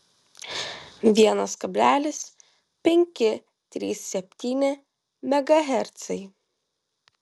vienas kablelis penki trys septyni megahercai